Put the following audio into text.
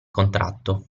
contratto